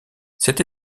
cette